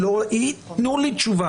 היא רוצה לקבל תשובה